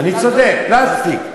פלסטיק.